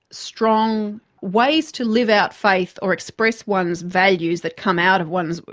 strong ways to live out faith or express one's values that come out of one's,